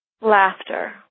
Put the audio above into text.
Laughter